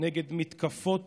נגד מתקפות